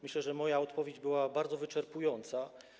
Myślę, że moja odpowiedź była bardzo wyczerpująca.